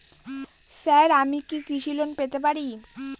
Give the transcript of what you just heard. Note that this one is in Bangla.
স্যার আমি কি কৃষি লোন পেতে পারি?